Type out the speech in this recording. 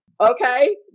okay